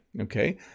okay